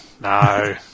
No